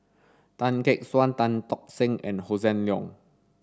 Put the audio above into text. Tan Gek Suan Tan Tock Seng and Hossan Leong